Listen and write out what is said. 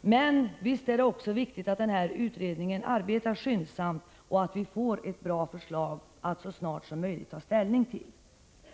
Men visst är det också viktigt att den pågående utredningen arbetar skyndsamt och att vi får ett bra förslag att ta ställning till så snart som möjligt.